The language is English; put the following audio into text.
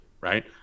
right